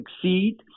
succeed